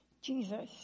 Jesus